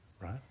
right